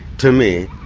to me,